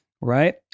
right